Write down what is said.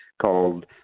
called